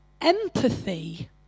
empathy